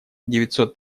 девятьсот